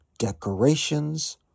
Decorations